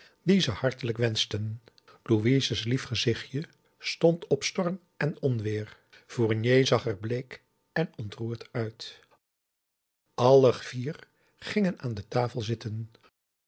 die ze hartelijk wenschten louises lief gezichtje stond op storm en onweer fournier zag er bleek en ontroerd uit alle vier gingen aan de tafel zitten